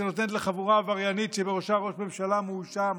שנותנת לחבורה עבריינית שבראשה ראש ממשלה מואשם